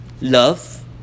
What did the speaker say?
love